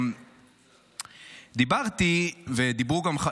דיברתי ודיברו גם,